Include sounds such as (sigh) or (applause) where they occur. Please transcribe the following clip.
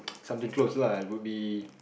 (noise) something close lah would be